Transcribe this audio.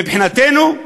מבחינתנו,